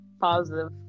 positive